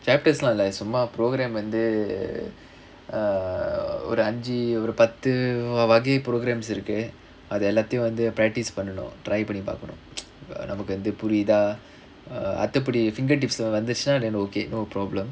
chapters lah இல்ல சும்மா:illa chumma programme வந்து:vanthu err ஒரு அஞ்சு ஒரு பத்து வகை:oru anju oru patthu vagai programme இருக்கு அது எல்லாத்தையும் வந்து:irukku athu ellaathaiyum vanthu practice பண்ணனும்:pannanum try பண்ணி பாக்கணும் இப்ப வந்து நமக்கு புரியிதா அத்துபுடி:panni paakkanum ippa vanthu namakku puriyithaa atthupudi finger tips leh வந்துச்சுனா:vanthuchunaa okay no problem